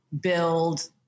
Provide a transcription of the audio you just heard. build